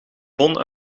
bon